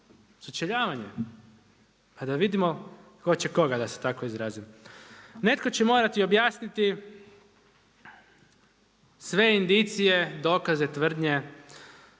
sučeljavanje, pa da vidimo „tko će koga“ da se tako izrazim. Netko će morati objasniti sve indicije, dokaze, tvrdnje,